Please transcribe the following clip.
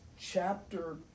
chapter